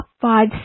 five